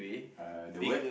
uh the word